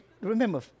remember